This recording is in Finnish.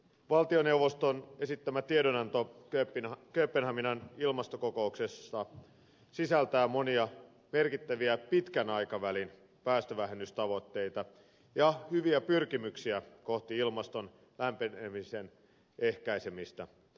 valtioneuvoston esittämä tiedonanto kööpenhaminan ilmastokokouksesta sisältää monia merkittäviä pitkän aikavälin päästövähennystavoitteita ja hyviä pyrkimyksiä kohti ilmaston lämpenemisen ehkäisemistä